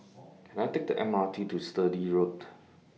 Can I Take A M R T to Sturdee Road